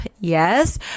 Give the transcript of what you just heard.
yes